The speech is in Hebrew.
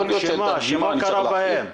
שמה קרה בהם?